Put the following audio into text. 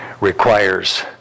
requires